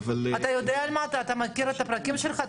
אתה מכיר את הפרקים שלך?